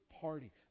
party